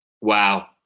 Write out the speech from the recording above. Wow